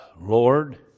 Lord